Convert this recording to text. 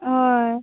हय